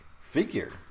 figure